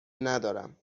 ندارم